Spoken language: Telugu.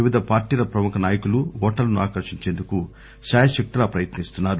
వివిధ పార్టీల ప్రముఖ నాయకులు ఓటర్లను ఆకర్షించేందుకు శాయశక్తులా ప్రయత్నిస్తున్నారు